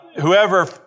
whoever